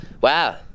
Wow